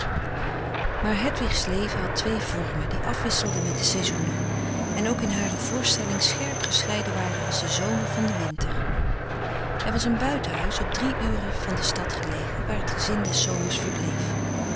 maar hedwigs leven had twee vormen die afwisselden met de seizoenen en ook in hare voorstelling scherp gescheiden waren als de zomer van den winter er was een buitenhuis op drie uren van de stad gelegen waar het gezin des zomers verbleef